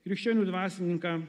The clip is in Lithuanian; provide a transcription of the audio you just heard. krikščionių dvasininką